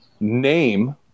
name